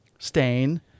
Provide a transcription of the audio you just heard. Stain